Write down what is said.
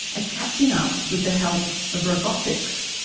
catching up with the help of robotics.